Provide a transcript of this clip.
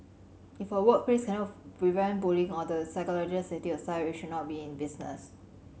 if a workplace cannot prevent bullying or the psychological safety of be in business